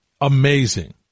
amazing